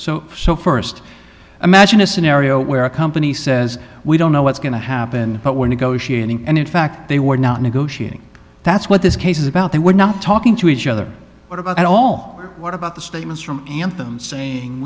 so so first imagine a scenario where a company says we don't know what's going to happen but we're negotiating and in fact they were not negotiating that's what this case is about they were not talking to each other what about all what about the statements from anthem saying